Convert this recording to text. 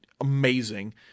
amazing